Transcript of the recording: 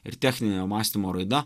ir techninio mąstymo raida